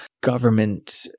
government